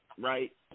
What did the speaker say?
Right